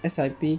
S_I_P